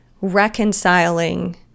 reconciling